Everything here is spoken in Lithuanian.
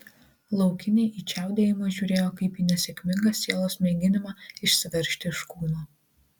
laukiniai į čiaudėjimą žiūrėjo kaip į nesėkmingą sielos mėginimą išsiveržti iš kūno